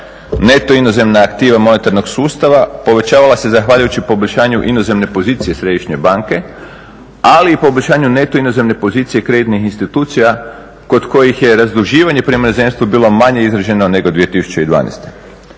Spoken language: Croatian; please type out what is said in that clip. Neto inozemna aktiva monetarnog sustava povećavala se zahvaljujući poboljšanju inozemne pozicije Središnje banke, ali i poboljšanju neto inozemne pozicije kreditnih institucija kod kojih je razduživanje prema inozemstvu bilo manje izraženo nego 2012.